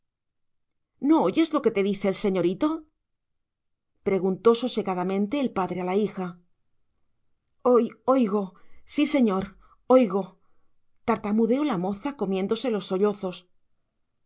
no oyes lo que te dice el señorito preguntó sosegadamente el padre a la hija oi go siii see ñoor oi go tartamudeó la moza comiéndose los